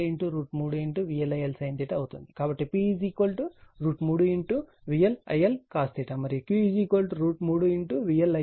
కాబట్టి P 3VLILcos మరియు Q 3VLILsin